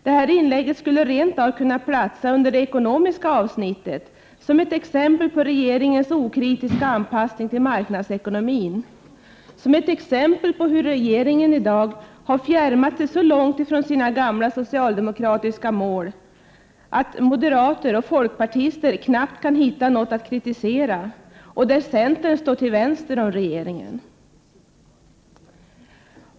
Mitt inlägg skulle rent av ha kunnat platsa under det ekonomiska avsnittet, som ett exempel på regeringens okritiska anpassning till marknadsekonomin och på hur regeringen har fjärmat sig så långt från sina gamla socialdemokratiska mål att moderater och folkpartister knappt kan hitta något att kritisera och centern står till vänster om regeringen.